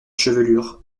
chevelure